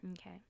Okay